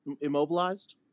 immobilized